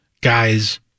guys